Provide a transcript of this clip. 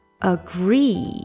Agree